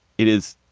it is.